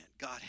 God